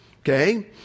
okay